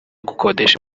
gukodesha